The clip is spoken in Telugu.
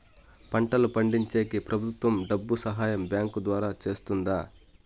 పంటలు పండించేకి ప్రభుత్వం డబ్బు సహాయం బ్యాంకు ద్వారా చేస్తుందా?